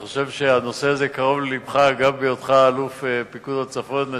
אני חושב שהנושא הזה קרוב ללבך גם בהיותך אלוף פיקוד הצפון לשעבר,